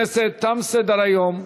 28 בעד, שלושה מתנגדים, אין נמנעים.